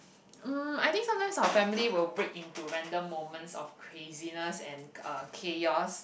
um I think sometimes our family will break into random moments of craziness and uh chaos